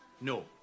No